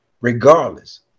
regardless